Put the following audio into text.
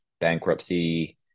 bankruptcy